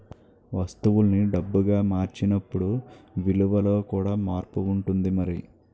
వస్తువుల్ని డబ్బుగా మార్చినప్పుడు విలువలో కూడా మార్పు ఉంటుంది మరి